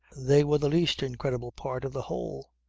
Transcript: they were the least incredible part of the whole.